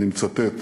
אני מצטט,